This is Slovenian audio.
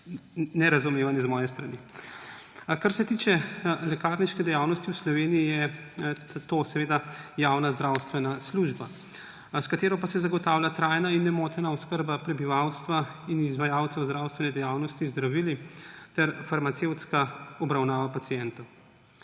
nerazumevanje z moje strani. Kar se tiče lekarniške dejavnosti v Sloveniji, je to seveda javna zdravstvena služba, s katero pa se zagotavlja trajna in nemotena oskrba prebivalstva in izvajalcev zdravstvene dejavnosti z zdravili ter farmacevtska obravnava pacientov.